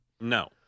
No